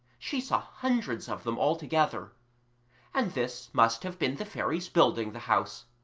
she saw hundreds of them all together and this must have been the fairies building the house,